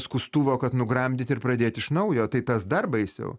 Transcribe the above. skustuvo kad nugramdyt ir pradėt iš naujo tai tas dar baisiau